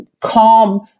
calm